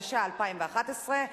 התשע"א 2011,